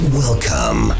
welcome